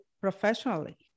professionally